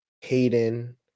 Hayden